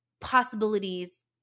possibilities